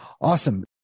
Awesome